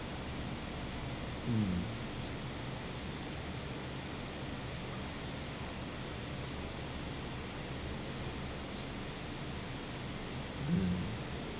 mm mm